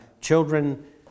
children